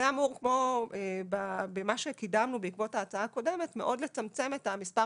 זה אמור כמו במה שקידמנו בעקבות ההצעה הקודמת מאוד לצמצמם את מספר